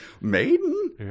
maiden